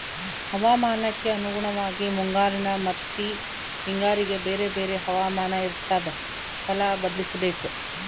ಹವಾಮಾನಕ್ಕೆ ಅನುಗುಣವಾಗಿ ಮುಂಗಾರಿನ ಮತ್ತಿ ಹಿಂಗಾರಿಗೆ ಬೇರೆ ಬೇರೆ ಹವಾಮಾನ ಇರ್ತಾದ ಫಲ ಬದ್ಲಿಸಬೇಕು